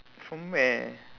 from where